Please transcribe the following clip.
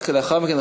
לאחר מכן,